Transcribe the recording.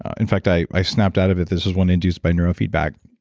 in fact, i i snapped out of it. this is one induced by neuro feedback.